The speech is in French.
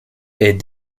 est